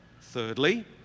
Thirdly